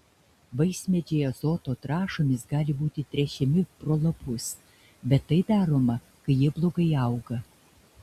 vaismedžiai azoto trąšomis gali būti tręšiami pro lapus bet tai daroma kai jie blogai auga